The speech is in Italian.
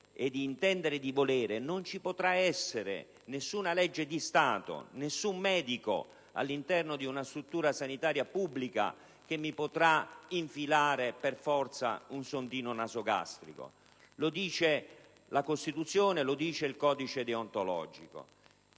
e di intendere e di volere non ci potrà essere nessuna legge di Stato, nessun medico all'interno di una struttura sanitaria pubblica che mi potrà infilare per forza un sondino nasogastrico; lo dice la Costituzione e lo dice il codice deontologico.